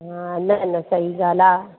हा न न सही ॻाल्हि आहे